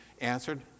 answered